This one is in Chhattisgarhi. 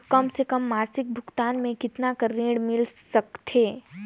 कम से कम मासिक भुगतान मे कतना कर ऋण मिल सकथे?